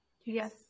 Yes